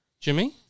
Jimmy